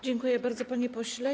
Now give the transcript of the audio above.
Dziękuję bardzo, panie pośle.